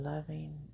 Loving